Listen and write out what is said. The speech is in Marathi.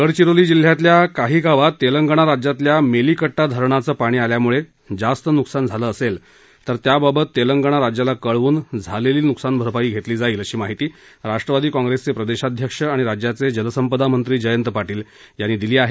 गडचिरोलीत जिल्ह्यातल्या काही गावात तेलंगणा राज्यातल्या मेलीकट्टा धरणाचं पाणी आल्यामुळे जास्त नुकसान झालं असेल तर त्याबाबत तेलंगणा राज्याला कळवून झालेली नुकसानभरपाई घेतली जाईल अशी माहिती राष्ट्रवादी काँप्रेसचे प्रदेशाध्यक्ष आणि राज्याचे जलसंपदामंत्री जयंत पाटील यांनी दिली आहे